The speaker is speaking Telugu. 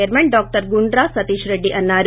చైర్మన్ డాక్టర్ గుండ్రా సతీష్ రెడ్డి అన్నారు